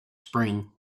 spring